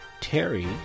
Terry